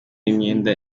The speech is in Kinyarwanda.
imyenda